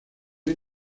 hay